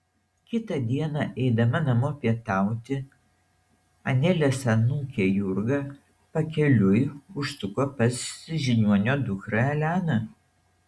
kitą dieną eidama namo pietauti anelės anūkė jurga pakeliui užsuko pas žiniuonio dukrą eleną